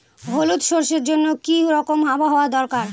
হলুদ সরষে জন্য কি রকম আবহাওয়ার দরকার?